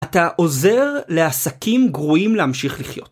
אתה עוזר לעסקים גרועים להמשיך לחיות.